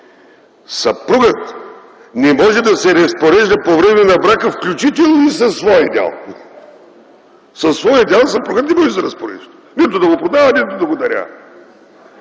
съпругът не може да се разпорежда по време на брака, включително и със своя дял. Със своя дял съпругът не може да се разпорежда, нито да го продава, нито да го дарява!